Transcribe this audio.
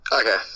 Okay